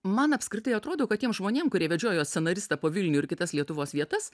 man apskritai atrodo kad tiem žmonėm kurie vedžiojo scenaristą po vilnių ir kitas lietuvos vietas